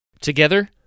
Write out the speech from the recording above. Together